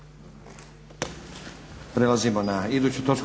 Prelazimo na iduću točku